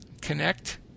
connect